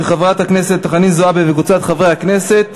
של חברת הכנסת חנין זועבי וקבוצת חברי כנסת.